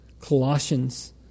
Colossians